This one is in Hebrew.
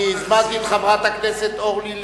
אני הזמנתי את חברת הכנסת אורלי לוי.